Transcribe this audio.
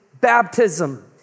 baptism